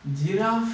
giraffe